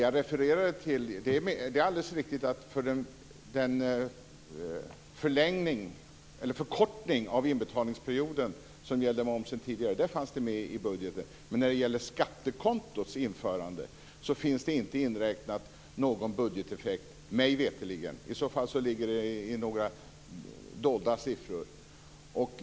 Herr talman! Det är alldeles riktigt att förkortningen av inbetalningsperioden för momsen fanns med i budgeten. Men när det gäller skattekontots införande finns det mig veterligen inte någon budgeteffekt inräknad. I så fall ligger det i några dolda siffror.